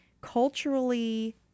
culturally